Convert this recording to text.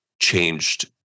changed